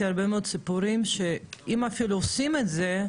הרבה מאוד סיפורים שאם אפילו עושים את זה,